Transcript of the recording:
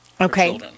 Okay